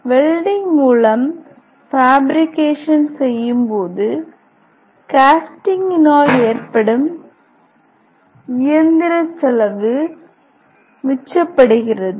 welding மூலம் fabrication செய்யும்போது கேஸ்டிங்கினால் ஏற்படும் இயந்திர செலவு மிச்சப்படுகிறது